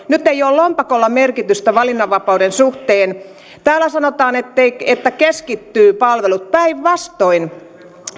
nyt ei ole lompakolla merkitystä valinnanvapauden suhteen täällä sanotaan että palvelut keskittyvät päinvastoin